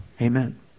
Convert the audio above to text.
Amen